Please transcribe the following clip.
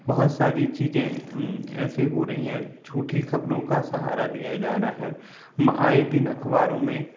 बहुत सारी चीज़ें ऐसी हो रही है झूठी ख़बरों का सहारा दिया जा रहा है म आए दिन अख़बारों में